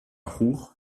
ruhr